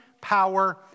power